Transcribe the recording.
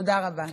תודה רבה.